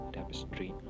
Tapestry